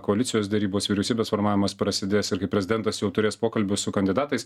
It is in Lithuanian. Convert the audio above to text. koalicijos derybos vyriausybės formavimas prasidės ir kai prezidentas jau turės pokalbius su kandidatais